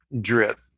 drip